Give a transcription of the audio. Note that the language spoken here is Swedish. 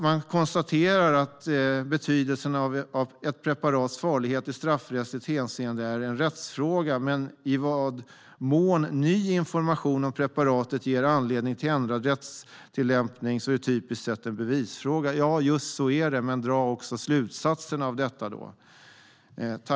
Man konstaterar att betydelsen av ett preparats farlighet i straffrättsligt hänseende är en rättsfråga. Men i vad mån ny information om preparatet ger anledning till ändrad rättstillämpning är typiskt sett en bevisfråga. Ja, just så är det. Men dra då också slutsatserna av detta!